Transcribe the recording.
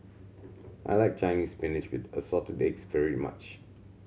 I like Chinese Spinach with Assorted Eggs very much